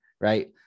right